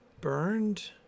Burned